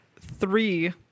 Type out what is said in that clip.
three